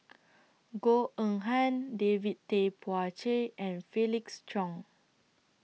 Goh Eng Han David Tay Poey Cher and Felix Cheong